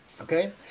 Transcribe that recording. Okay